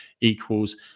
equals